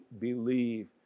believe